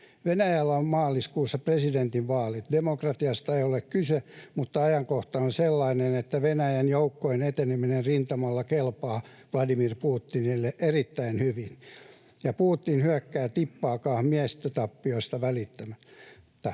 Venäjällä on maaliskuussa presidentinvaalit. Demokratiasta ei ole kyse, mutta ajankohta on sellainen, että Venäjän joukkojen eteneminen rintamalla kelpaa Vladimir Putinille erittäin hyvin, ja Putin hyökkää tippaakaan miehistötappioista välittämättä.